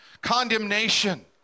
condemnation